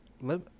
Let